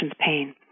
pain